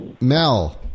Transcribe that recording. Mel